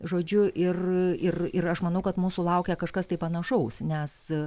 žodžiu ir ir ir aš manau kad mūsų laukia kažkas tai panašaus nes